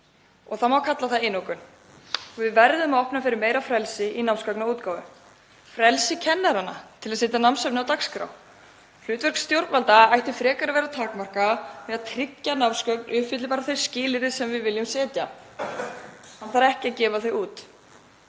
og má kalla það einokun. Við verðum að opna fyrir meira frelsi í námsgagnaútgáfu, frelsi kennaranna til að setja námsefni á dagskrá. Hlutverk stjórnvalda ætti frekar að vera takmarkað við að tryggja að námsgögn uppfylli þau skilyrði sem við viljum setja. Þau þurfa ekki að gefa þau út.